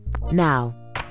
Now